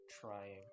trying